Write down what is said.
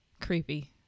creepy